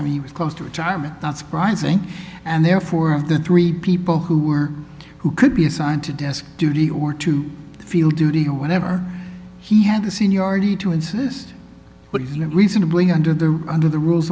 else and he was close to retirement not surprising and therefore of the three people who were who could be assigned to desk duty or to feel duty whenever he had the seniority to insist but reasonably under the under the rules